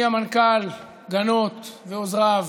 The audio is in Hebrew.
מהמנכ"ל גנות ועוזריו